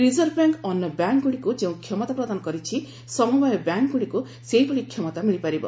reserve bank ଅନ୍ୟ ବ୍ୟାଙ୍କ୍ଗୁଡ଼ିକୁ ଯେଉଁ କ୍ଷମତା ପ୍ରଦାନ କରିଛି ସମବାୟ ବ୍ୟାଙ୍କ୍ଗୁଡ଼ିକୁ ସେହିଭଳି କ୍ଷମତା ମିଳିପାରିବ